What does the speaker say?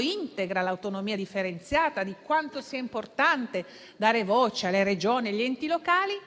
integra l'autonomia differenziata e quanto sia importante dare voce alle Regioni e agli enti locali,